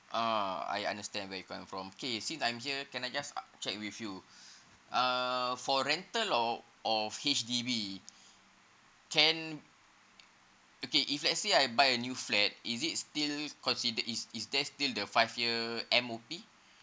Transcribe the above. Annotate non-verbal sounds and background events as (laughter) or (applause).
uh I understand where you coming from K since I'm here can I just a~ check with you (breath) uh for rental or of H_D_B can okay if let's say I buy a new flat is it still considered is is there still the five year M_O_P